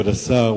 כבוד השר,